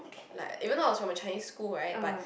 like even though I was from a Chinese school right but